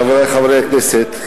חברי חברי הכנסת,